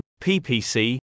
PPC